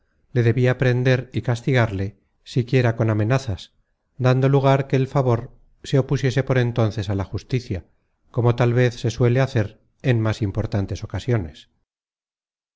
le debia prender y castigarle siquiera con amenazas dando lugar que el favor se opusiese por entonces á la justicia como tal vez se suele hacer en más importantes ocasiones